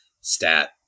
stat